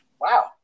Wow